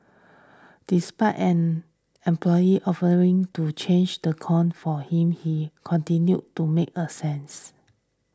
despite an employee offering to change the cone for him he continued to make a since